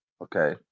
Okay